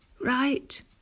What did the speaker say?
Right